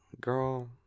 girl